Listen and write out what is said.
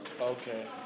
Okay